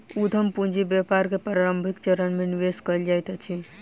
उद्यम पूंजी व्यापार के प्रारंभिक चरण में निवेश कयल जाइत अछि